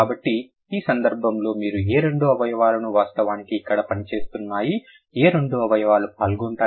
కాబట్టి ఈ సందర్భంలో మీరు ఏ రెండు అవయవాలు వాస్తవానికి ఇక్కడ పనిచేస్తున్నాయి ఏ రెండు అవయవాలు పాల్గొంటాయి